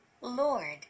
Lord